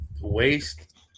waste